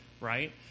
right